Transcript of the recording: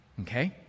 okay